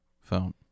phone